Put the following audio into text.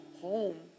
home